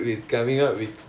mm